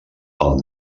pel